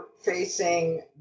facing